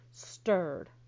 stirred